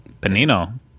Panino